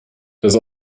ist